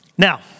Now